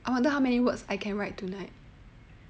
I wonder how many words I can write tonight